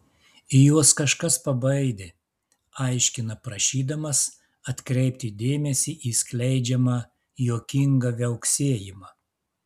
juos kažkas pabaidė aiškina prašydamas atkreipti dėmesį į skleidžiamą juokingą viauksėjimą